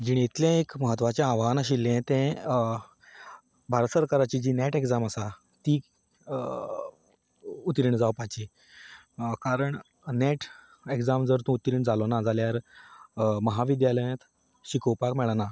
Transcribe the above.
जिणेंतलें एक म्हत्वाचें आव्हान आशिल्लें तें भारत सरकाराची जी नॅट एग्जाम आसा ती उतीर्ण जावपाची कारण नॅट एग्जाम जर तूं उतीर्ण जालो जाल्यार महाविद्यालयांत शिकोवपाक मेळना